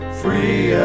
free